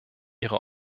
ihre